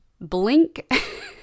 blink